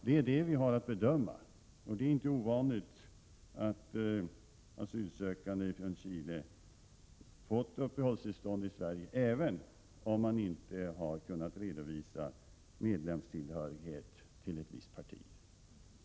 Det är det vi har att bedöma, och det är inte ovanligt att asylsökande från Chile fått uppehållstillstånd i Sverige, även om vederbörande inte har kunnat redovisa medlemstillhörighet till ett visst parti.